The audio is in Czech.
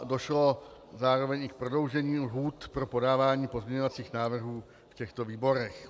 Došlo zároveň i k prodloužení lhůt pro podávání pozměňovacích návrhů v těchto výborech.